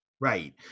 Right